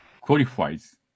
qualifies